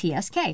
TSK